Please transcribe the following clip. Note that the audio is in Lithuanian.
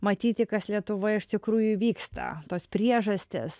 matyti kas lietuvoj iš tikrųjų vyksta tos priežastys